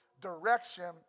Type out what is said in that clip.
direction